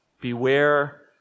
beware